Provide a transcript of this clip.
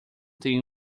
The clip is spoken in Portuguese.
tem